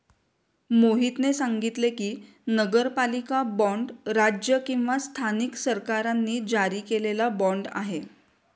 मोहितने सांगितले की, नगरपालिका बाँड राज्य किंवा स्थानिक सरकारांनी जारी केलेला बाँड आहे